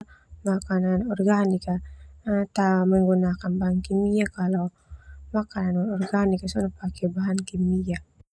Makanan organik ta nanu bahan kimia kalo makanan non organik sona pake bahan kimia.